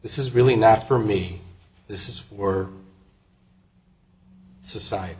this is really not for me this is we're society